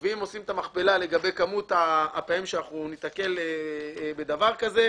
אם עושים את המכפלה בכמות הפעמים שניתקל בדבר כזה,